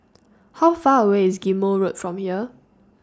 How Far away IS Ghim Moh Road from here